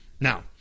Now